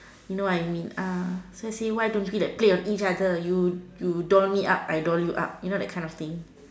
you know what I mean uh so say like why don't like play on each other like you doll me up I doll you up you know that kind of thing